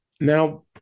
Now